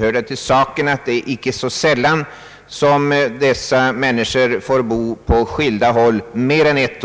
Det hör till saken att dessa människor inte sällan får bo åtskilda från sina familjer mer än ett